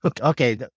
Okay